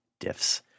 diffs